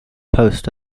post